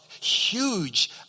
huge